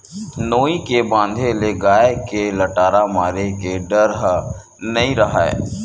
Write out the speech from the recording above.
नोई के बांधे ले गाय के लटारा मारे के डर ह नइ राहय